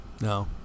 no